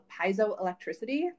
piezoelectricity